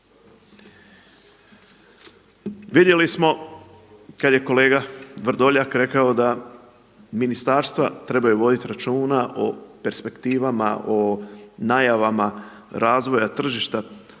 Vidjeli smo kad je kolega Vrdoljak rekao da ministarstva trebaju voditi računa o perspektivama, o najavama razvoja tržišta,